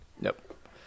nope